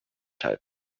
type